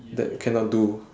that cannot do